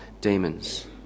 demons